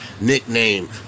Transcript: nickname